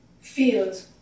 field